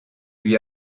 lui